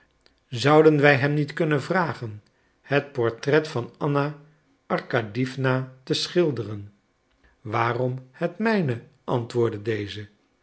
zouden wij hem niet kunnen vragen het portret van anna arkadiewna te schilderen waarom het mijne antwoordde deze